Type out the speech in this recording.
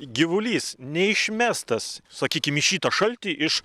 gyvulys neišmestas sakykim iš į šitą šaltį iš